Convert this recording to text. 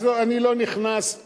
אני לא נכנס,